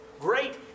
great